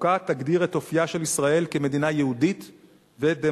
החוקה תגדיר את אופיה של ישראל כמדינה יהודית ודמוקרטית.